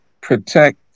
protect